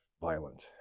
violent